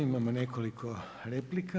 Imamo nekoliko replika.